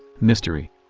mystery.